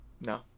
no